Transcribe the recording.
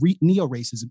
neo-racism